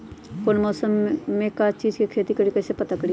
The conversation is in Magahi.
कौन मौसम में का चीज़ के खेती करी कईसे पता करी?